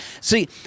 See